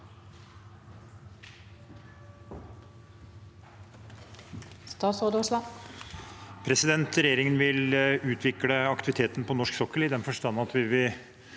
Regjeringen vil utvikle aktiviteten på norsk sokkel, i den forstand at vi vil